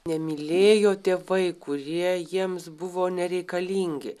nemylėjo tėvai kurie jiems buvo nereikalingi